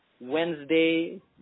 Wednesday